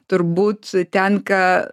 turbūt tenka